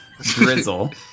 drizzle